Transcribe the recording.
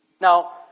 Now